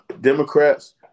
Democrats